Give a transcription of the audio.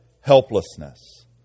Helplessness